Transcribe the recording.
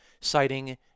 citing